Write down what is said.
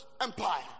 Empire